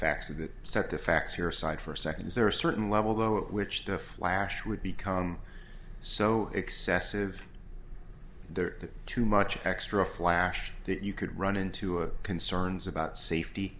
facts of that set the facts here aside for a second is there a certain level though at which the flash would become so excessive there is too much extra flash that you could run into it concerns about safety